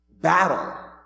battle